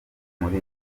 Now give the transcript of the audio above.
muri